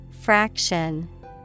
Fraction